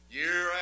year